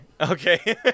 Okay